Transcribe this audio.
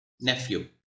nephew